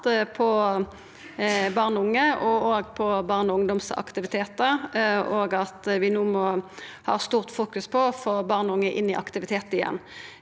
på barn og unge og på barne- og ungdomsaktivitetar, og at vi no må fokusera på å få barn og unge inn i aktivitet igjen.